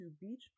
beach